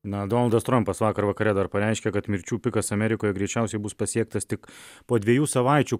na donaldas trampas vakar vakare dar pareiškė kad mirčių pikas amerikoje greičiausiai bus pasiektas tik po dviejų savaičių